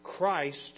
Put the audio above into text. Christ